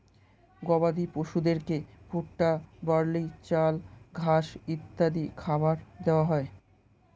গবাদি পশুদেরকে ভুট্টা, বার্লি, চাল, ঘাস ইত্যাদি খাবার দেওয়া হয়